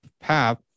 path